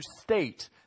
state